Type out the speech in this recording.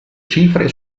cifre